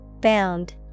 Bound